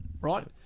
right